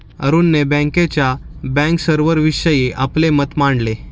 अरुणने बँकेच्या बँकर्सविषयीचे आपले मत मांडले